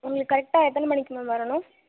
உங்களுக்கு கரெக்டாக எத்தனை மணிக்கு மேம் வரணும்